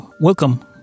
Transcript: Welcome